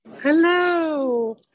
Hello